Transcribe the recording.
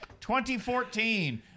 2014